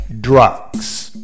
drugs